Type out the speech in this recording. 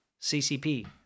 CCP